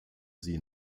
sie